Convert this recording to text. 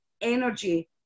energy